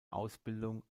ausbildung